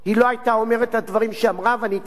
ואני אתייחס בקצרה לדברים.